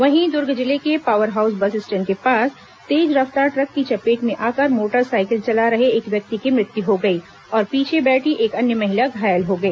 वहीं दुर्ग जिले के पावर हाउस बस स्टैंड के पास तेज रफ्तार ट्रक की चपेट में आकर मोटर साइकिल चला रहे एक व्यक्ति की मृत्यु हो गई और पीछे बैठी एक अन्य महिला घायल हो गई